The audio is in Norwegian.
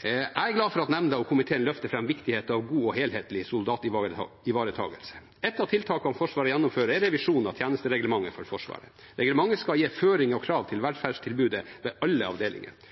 Jeg er glad for at nemnda og komiteen løfter fram viktigheten av en god og helhetlig soldativaretakelse. Ett av tiltakene Forsvaret gjennomfører, er revisjon av tjenestereglementet for Forsvaret. Reglementet skal gi føringer og krav til